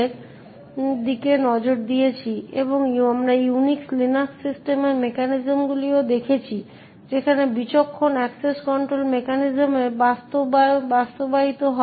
discretionary access control mechanisms দিকে নজর দিয়েছি এবং আমরা ইউনিক্স লিনাক্স সিস্টেমের মেকানিজমগুলিও দেখেছি যেখানে বিচক্ষণ অ্যাক্সেস কন্ট্রোল মেকানিজম বাস্তবায়িত হয়